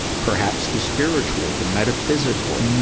perhaps, the spiritual, the metaphysical,